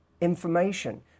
information